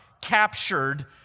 captured